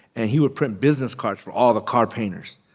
and he would print business cards for all the car painters.